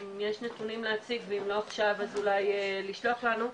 אם יש נתונים להציג ואם לא עכשיו אז אולי לשלוח לנו,